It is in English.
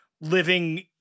living –